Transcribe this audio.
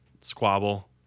squabble